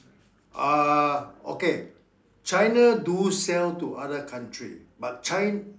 uh okay China do sell to other country but Chi~